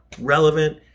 relevant